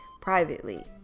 privately